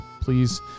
please